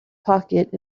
pocket